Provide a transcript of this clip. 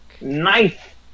Knife